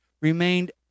remained